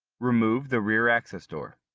remove the rear access door.